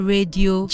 Radio